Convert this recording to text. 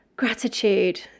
gratitude